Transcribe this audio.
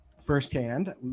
Firsthand